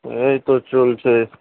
এই তো চলছে